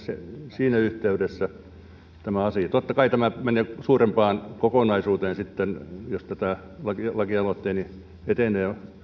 siinä yhteydessä totta kai tämä menee suurempaan kokonaisuuteen sitten jos lakialoitteeni